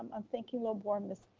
i'm thinking of where ms.